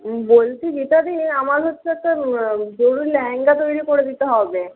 বলছি গীতাদি আমার হচ্ছে তো লেহেঙ্গা তৈরি করে দিতে হবে